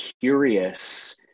curious